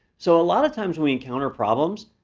so a lot of times, we encounter problems.